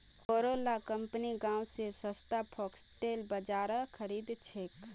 बोरो ला कंपनि गांव स सस्तात फॉक्सटेल बाजरा खरीद छेक